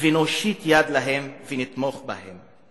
ונושיט יד להן ונתמוך בהן.